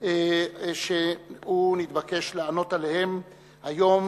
שהוא נתבקש לענות עליהן היום,